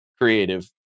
creative